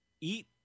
eat